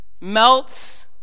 melts